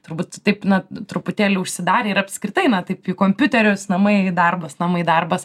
turbūt taip na truputėlį užsidarę ir apskritai na taip kaip kompiuterius namai darbas namai darbas